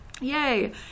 Yay